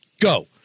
go